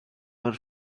were